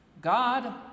God